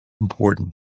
important